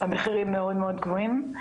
המחירים מאוד מאוד גבוהים.